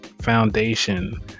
foundation